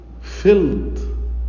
filled